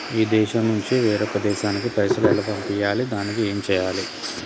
ఈ దేశం నుంచి వేరొక దేశానికి పైసలు ఎలా పంపియ్యాలి? దానికి ఏం చేయాలి?